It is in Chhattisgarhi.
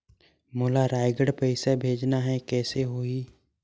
मोला रायगढ़ पइसा भेजना हैं, कइसे होही?